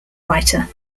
writer